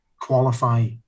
qualify